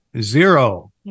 zero